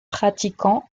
pratiquant